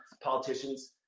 politicians